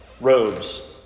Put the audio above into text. robes